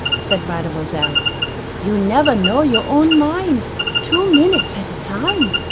said mademoiselle you never know your own mind two minutes at a time.